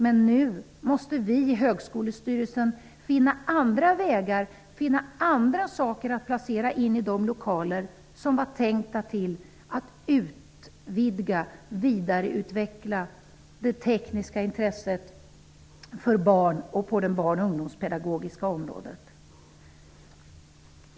Men nu måste vi i högskolestyrelsen finna andra vägar, andra saker att placera in i de lokaler som var tänkta att använda för att utvidga och vidareutveckla det tekniska intresset för barn på det barn och ungdomspedagogiska området.